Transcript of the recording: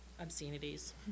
obscenities